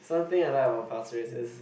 something I like about Pasir-Ris is